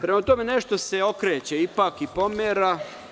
Prema tome nešto se okreće, ipak, i pomera.